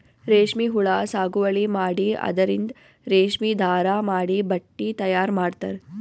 ರೇಶ್ಮಿ ಹುಳಾ ಸಾಗುವಳಿ ಮಾಡಿ ಅದರಿಂದ್ ರೇಶ್ಮಿ ದಾರಾ ಮಾಡಿ ಬಟ್ಟಿ ತಯಾರ್ ಮಾಡ್ತರ್